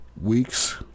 weeks